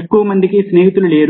ఎక్కువ మంది స్నేహితులు లేరు